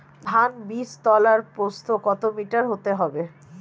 ধান বীজতলার প্রস্থ কত মিটার হতে হবে?